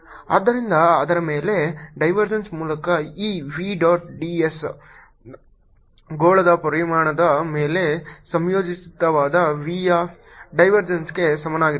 Vxyzx2ixyzjy2zk ಆದ್ದರಿಂದ ಅದರ ಮೇಲೆ ಡೈವರ್ಜೆನ್ಸ್ ಮೂಲಕ ಈ v ಡಾಟ್ d s ಗೋಳದ ಪರಿಮಾಣದ ಮೇಲೆ ಸಂಯೋಜಿತವಾದ v ಯ ಡೈವರ್ಜೆನ್ಸ್ಗೆ ಸಮನಾಗಿರುತ್ತದೆ